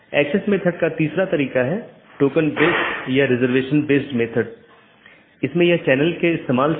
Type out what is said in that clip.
तो मुख्य रूप से ऑटॉनमस सिस्टम मल्टी होम हैं या पारगमन स्टब उन परिदृश्यों का एक विशेष मामला है